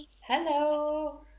Hello